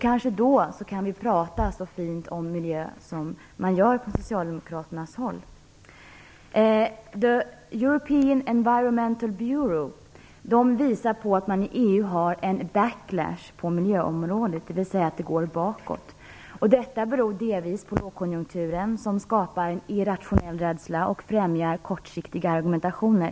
Kanske kan vi då prata så fint om miljön som man gör från socialdemokratiskt håll. The European Environmental Bureau visar att man i EU har en backlash på miljöområdet, dvs. att det går bakåt. Detta beror delvis på lågkonjunkturen, som skapar en irrationell rädsla och främjar kortsiktiga argumentationer.